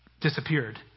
disappeared